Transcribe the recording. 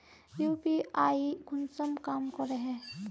UPI कुंसम काम करे है?